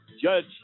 judge